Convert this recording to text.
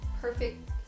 perfect